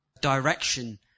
direction